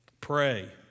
Pray